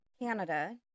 Canada